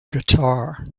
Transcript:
guitar